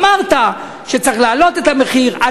אמרת שצריך להעלות את המחיר.